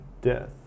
death